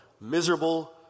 miserable